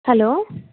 hello